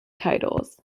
titles